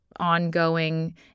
Ongoing